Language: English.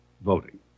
voting